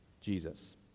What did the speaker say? Jesus